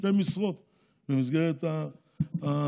שתי משרות במסגרת המפלגה.